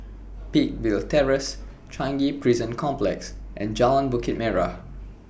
Peakville Terrace Changi Prison Complex and Jalan Bukit Merah